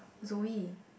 Zoey